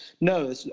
no